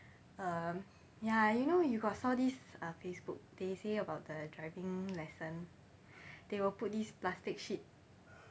um ya you know you got saw this um Facebook they say about the driving lesson they would put this plastic sheet